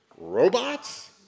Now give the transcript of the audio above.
robots